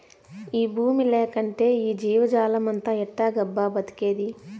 ఈ బూమి లేకంటే ఈ జీవజాలమంతా ఎట్టాగబ్బా బతికేది